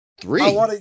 Three